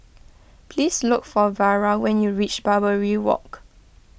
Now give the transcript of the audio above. please look for Vara when you reach Barbary Walk